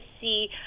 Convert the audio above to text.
see